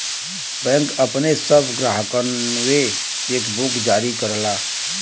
bank अपने सब ग्राहकनके चेकबुक जारी करला